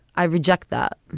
i reject that.